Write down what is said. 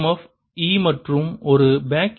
F E மற்றும் ஒரு pack ஈ